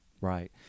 right